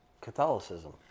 catholicism